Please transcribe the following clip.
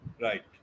Right